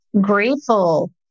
grateful